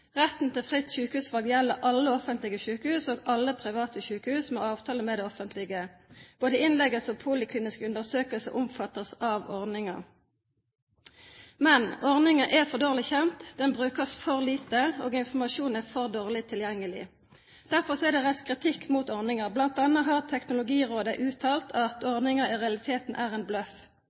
Retten til fritt sykehusvalg gjelder alle offentlige sykehus og alle private sykehus med avtale med det offentlige. Både innleggelser og polikliniske undersøkelser omfattes av ordningen. Men ordningen er for dårlig kjent, den brukes for lite, og informasjonen er vanskelig tilgjengelig. Derfor er det reist kritikk mot ordningen. Blant annet har Teknologirådet uttalt at ordningen i realiteten er en bløff.